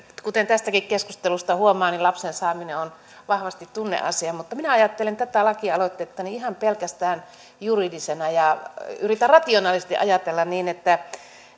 kuten tästäkin keskustelusta huomaa lapsen saaminen on vahvasti tunneasia mutta minä ajattelen tätä lakialoitetta ihan pelkästään juridisena ja yritän rationaalisesti ajatella niin että